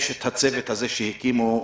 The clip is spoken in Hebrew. לא נכון.